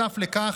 נוסף לכך,